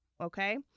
okay